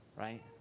right